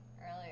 earlier